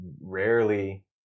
rarely